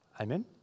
Amen